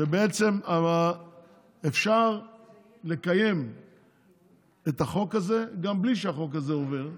שבעצם אפשר לקיים את החוק הזה גם בלי שהחוק הזה עובר,